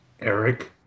Eric